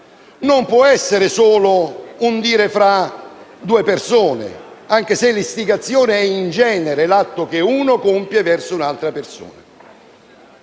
non può essere solo un dire fra due persone, anche se l'istigazione è in genere l'atto che uno compie verso un'altra persona.